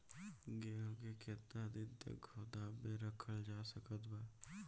गेहूँ के केतना दिन तक गोदाम मे रखल जा सकत बा?